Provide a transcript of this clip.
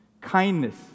kindness